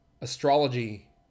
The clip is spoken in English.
astrology